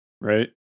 right